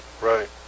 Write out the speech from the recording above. Right